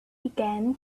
began